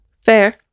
Fair